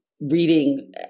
reading